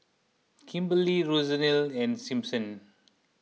Kimberlee Rosalyn and Simpson